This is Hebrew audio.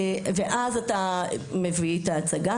אתה מביא את ההצגה,